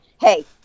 Hey